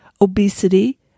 obesity